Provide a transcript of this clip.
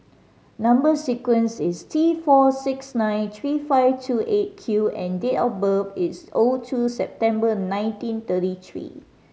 number sequence is T four six nine three five two Eight Q and date of birth is O two September nineteen thirty three